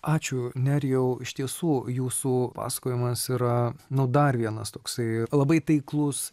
ačiū nerijau iš tiesų jūsų pasakojimas yra nu dar vienas toksai labai taiklus